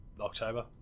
october